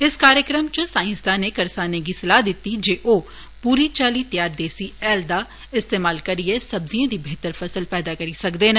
इस प्रोग्राम च साईंसदानें करसानें गी सलाह दिती जे ओह् पूरी चाल्ली 'त्यार देसी हैल' दा इस्तेमाल करियै सब्जिएं दी बेहतर फसल पैदा करी सकदे न